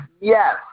Yes